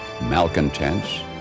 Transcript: malcontents